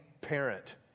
parent